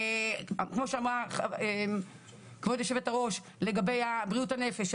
כמו שאמרה כבוד יושבת הראש לגבי בריאות הנפש,